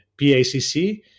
pacc